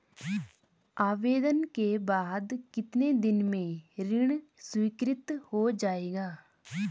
आवेदन के बाद कितने दिन में ऋण स्वीकृत हो जाएगा?